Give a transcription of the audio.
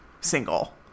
single